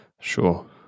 Sure